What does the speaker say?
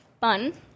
fun